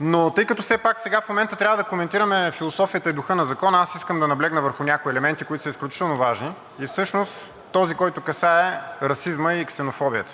обаче сега в момента трябва да коментираме философията и духа на Закона, искам да наблегна върху някои елементи, които са изключително важни, всъщност този, който касае расизма и ксенофобията.